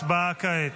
הצבעה כעת.